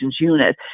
unit